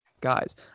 guys